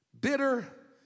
Bitter